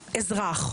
אם אזרח,